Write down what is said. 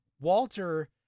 Walter